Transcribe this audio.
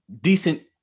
decent